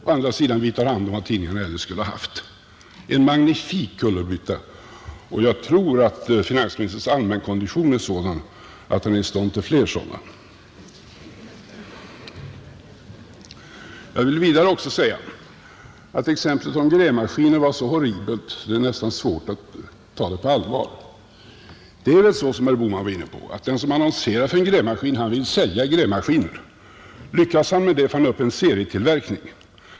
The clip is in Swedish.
Å andra sidan — vi tar hand om vad tidningarna eljest skulle ha haft. En magnifik kullerbytta! Jag tror att finansministerns allmänkondition är sådan att han är i stånd till fler sådana. Jag vill också säga att exemplet om grävmaskiner var så horribelt att det nästan är svårt att ta det på allvar. Det är väl så — vilket herr Bohman var inne på — att den som annonserar om en grävmaskin vill sälja grävmaskiner, Lyckas han med detta, startar han en serietillverkning.